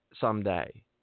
someday